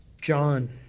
John